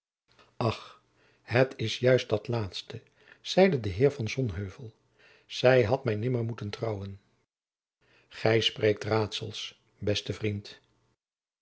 ach het is juist dat laatste zeide de heer van sonheuvel zij had mij nimmer moeten trouwen gij spreekt raadsels beste vriend